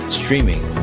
streaming